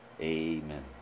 Amen